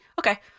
Okay